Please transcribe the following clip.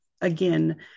again